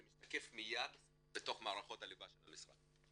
זה משתקף מיד בתוך מערכות הליבה של המשרד.